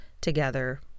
together